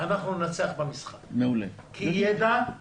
אנחנו ננצח במשחק, כי ידע הוא כוח.